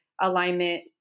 alignment